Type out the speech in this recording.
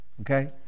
Okay